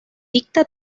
dicta